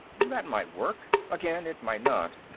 that might work. again, it might not.